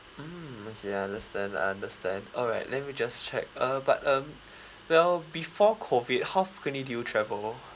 mm okay I understand I understand alright let me just check uh but um well before COVID how frequently do you travel